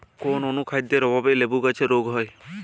কোন অনুখাদ্যের অভাবে লেবু গাছের রোগ হয়?